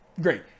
great